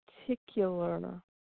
particular